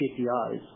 KPIs